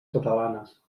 catalanes